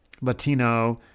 Latino